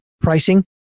pricing